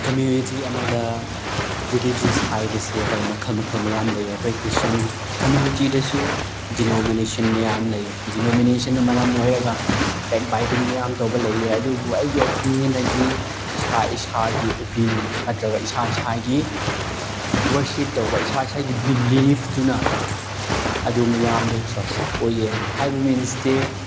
community ꯑꯃꯗ religious ꯍꯥꯏꯕꯁꯦ ꯍꯣꯏ ꯃꯈꯜ ꯃꯈꯜ ꯃꯌꯥꯝ ꯂꯩꯌꯦ ꯑꯩꯈꯣꯏ ꯈ꯭ꯔꯤꯁꯇꯦꯟ ꯀꯝꯃ꯭ꯌꯨꯅꯤꯇꯤꯗꯁꯨ ꯗꯤꯅꯣꯃꯤꯅꯦꯁꯟ ꯃꯌꯥꯝ ꯂꯩꯌꯦ ꯗꯤꯅꯣꯃꯤꯅꯦꯁꯟꯅ ꯃꯔꯝ ꯑꯣꯏꯔꯒ ꯕꯦꯛ ꯕꯥꯏꯠꯇꯤꯡ ꯇꯧꯕ ꯃꯌꯥꯝ ꯂꯩꯌꯦ ꯑꯗꯨꯕꯨ ꯑꯩꯒꯤ ꯑꯣꯄꯤꯅꯤꯌꯟꯗꯗꯤ ꯏꯁꯥ ꯏꯁꯥꯒꯤ ꯑꯣꯄꯤꯅꯤꯌꯟ ꯅꯠꯇ꯭ꯔꯒ ꯏꯁꯥ ꯏꯁꯥꯒꯤ ꯋꯥꯔꯁꯤꯞ ꯇꯧꯕ ꯏꯁꯥ ꯏꯁꯥꯒꯤ ꯕꯤꯂꯤꯞꯇꯨꯅ ꯑꯗꯨ ꯃꯌꯥꯝꯗꯣ ꯇ꯭ꯔꯁ ꯑꯣꯏꯌꯦ ꯍꯥꯏꯕ ꯃꯤꯟꯁꯇꯤ